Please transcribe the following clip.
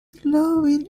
slowly